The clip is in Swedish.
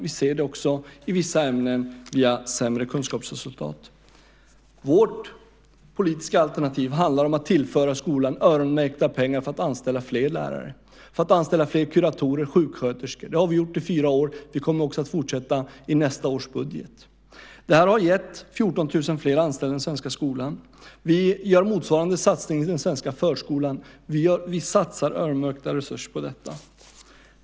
Vi ser det också i vissa ämnen via sämre kunskapsresultat. Vårt politiska alternativ handlar om att tillföra skolan öronmärkta pengar för att anställa fler lärare, fler kuratorer och fler sjuksköterskor. Det har vi gjort under fyra år. Vi kommer också att fortsätta i nästa års budget. Detta har gett 14 000 fler anställda i den svenska skolan. Vi gör motsvarande satsning i den svenska förskolan. Vi satsar öronmärkta resurser på detta.